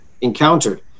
encountered